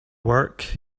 work